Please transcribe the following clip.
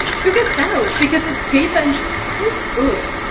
sugar sells because it's cheap and tastes good,